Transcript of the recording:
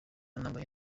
nambaye